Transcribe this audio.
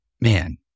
Man